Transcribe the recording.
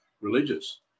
religious